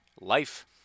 life